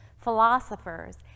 philosophers